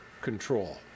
control